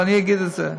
אבל אני אגיד את זה,